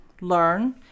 learn